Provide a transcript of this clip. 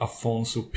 Afonso